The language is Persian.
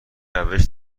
روش